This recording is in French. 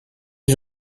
les